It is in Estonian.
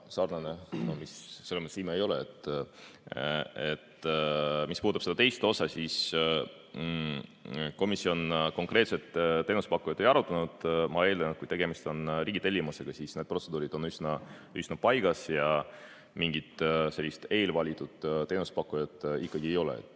sarnane. Selles mõttes see ime ei ole. Mis puudutab seda teist osa, siis komisjon konkreetset teenusepakkujat ei arutanud. Ma eeldan, et kui tegemist on riigitellimusega, siis need protseduurid on üsna paigas ja mingit eelvalitud teenusepakkujat ikkagi ei ole.